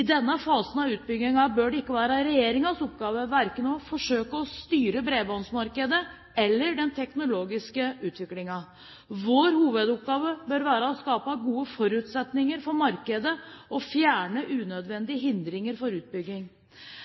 denne fasen av utbyggingen bør det ikke være regjeringens oppgave å forsøke å styre verken bredbåndsmarkedet eller den teknologiske utviklingen. Vår hovedoppgave bør være å skape gode forutsetninger for markedet og fjerne unødvendige hindringer for